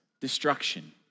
destruction